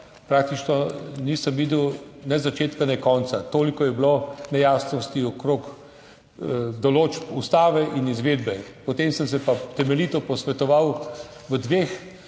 praktično nisem videl ne začetka ne konca, toliko je bilo nejasnosti okrog določb Ustave in izvedbe. Potem sem se pa temeljito posvetoval v dveh